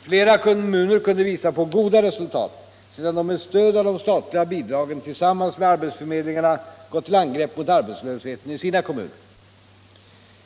Flera kommuner kunde visa på goda resultat sedan de med stöd av de statliga bidragen tillsammans med arbetsförmedlingarna gått till angrepp mot arbetslösheten i sina kommuner.